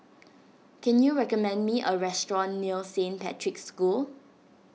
can you recommend me a restaurant near Saint Patrick's School